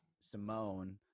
Simone